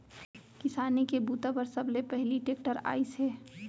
किसानी के बूता बर सबले पहिली टेक्टर आइस हे